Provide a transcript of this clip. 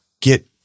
get